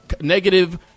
negative